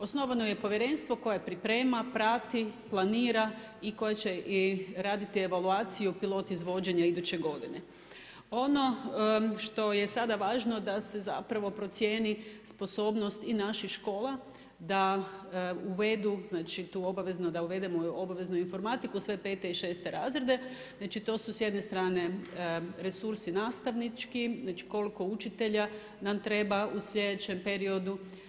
Osnovano je povjerenstvo koje priprema, prati, planira i koje će raditi i evaluaciju pilot izvođenja iduće godine. ono je što je sada važno da se zapravo procijeni sposobnost i naših škola, da uvedu znači tu obavezno da uvedemo informatiku za sve 5. i 6. razrede, znači to su s jedne strane resursi nastavnički, znači koliko učitelja nam treba u slijedećem periodu.